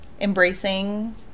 Embracing